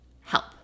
help